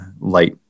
light